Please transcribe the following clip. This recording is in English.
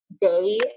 day